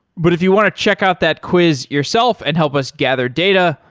but if you want to check out that quiz yourself and help us gather data,